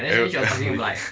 everybody like